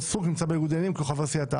סטרוק הוא בניגוד עניינים כי הוא חבר סיעתה.